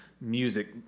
music